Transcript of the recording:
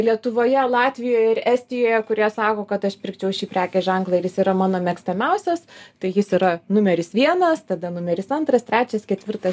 lietuvoje latvijoje ir estijoje kurie sako kad aš pirkčiau šį prekės ženklą ir jis yra mano mėgstamiausias tai jis yra numeris vienas tada numeris antras trečias ketvirtas